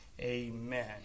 amen